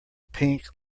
pink